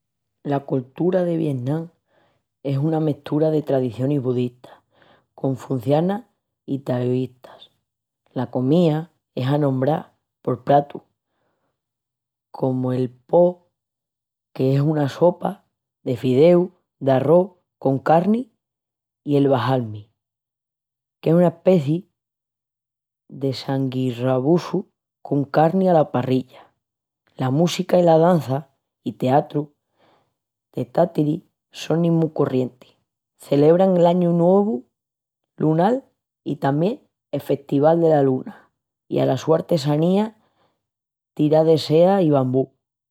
La coltura de Vietnam es una mestura de tradicionis budistas, confucianas i taoísta. La comía es anombrá por pratus comu'l po, qu'es una sopa de fideus d'arrós con carni i el banh-mi, qu'es aspeci de sangüi raviosu con carni ala parrilla. La música i la dança i teatrus de títaris sonin mu corrientis. Celebran l'añu nuevu lunal i tamién el Festival dela Luna i la su artesanía tira de sea i bambú.